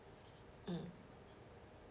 mm